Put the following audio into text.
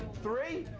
three?